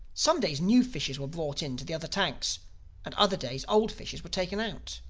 some days new fishes were brought in to the other tanks and other days old fishes were taken out.